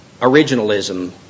originalism